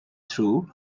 through